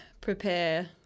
prepare